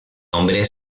hombre